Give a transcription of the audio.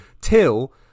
till